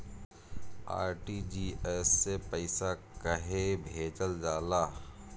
RTGS से पइसा कहे भेजल जाला?